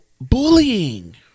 bullying